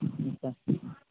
ठीक छै